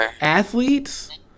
athletes